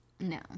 no